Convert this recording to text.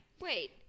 Wait